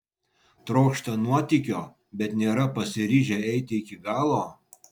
trokšta nuotykio bet nėra pasiryžę eiti iki galo